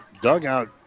dugout